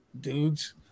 dudes